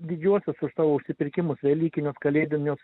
didžiuosius už savo užsipirkimus velykinius kalėdinius